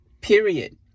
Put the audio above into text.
period